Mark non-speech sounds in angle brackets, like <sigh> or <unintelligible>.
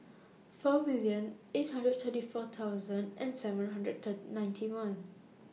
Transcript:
four million eight hundred thirty four thousand and seven hundred <unintelligible> ninety one